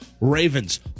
Ravens